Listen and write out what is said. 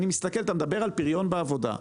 אתה מדבר על פריון בעבודה.